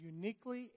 uniquely